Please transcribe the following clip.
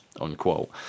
unquote